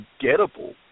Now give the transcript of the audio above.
forgettable